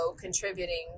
contributing